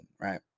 right